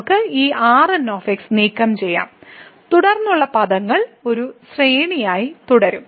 നമുക്ക് ഈ Rn നീക്കംചെയ്യാം തുടർന്നുള്ള പദങ്ങൾ ഒരു ശ്രേണിയായി തുടരാം